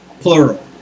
plural